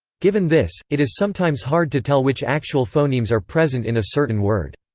given this, it is sometimes hard to tell which actual phonemes are present in a certain word.